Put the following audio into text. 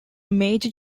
major